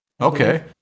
Okay